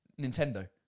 Nintendo